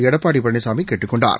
எடப்பாடி பழனிசாமி கேட்டுக் கொண்டார்